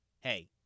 Hey